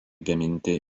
gaminti